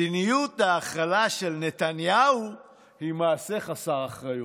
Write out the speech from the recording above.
מדיניות ההכלה של נתניהו היא מעשה חסר אחריות.